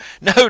No